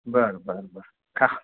बरं बरं बरं खा